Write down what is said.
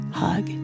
hug